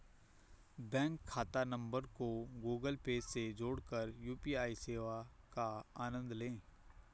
bank खाता number को Google Pay से जोड़कर यू.पी.आई सेवा का आनंद लें